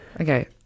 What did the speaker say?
Okay